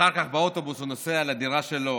אחר כך באוטובוס הוא נוסע לדירה שלו,